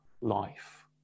life